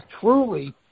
truly